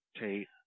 Tate